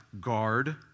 guard